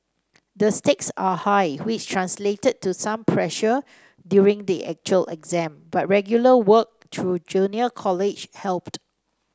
the stakes are high which translated to some pressure during the actual exam but regular work through junior college helped